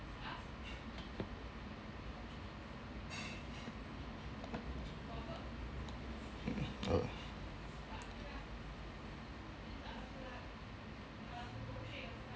uh